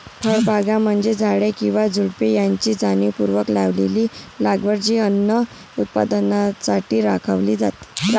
फळबागा म्हणजे झाडे किंवा झुडुपे यांची जाणीवपूर्वक लावलेली लागवड जी अन्न उत्पादनासाठी राखली जाते